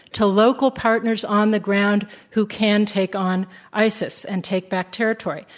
to local partners on the ground who can take on isis and take back territory.